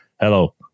Hello